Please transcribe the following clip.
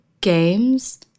games